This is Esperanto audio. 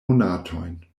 monatojn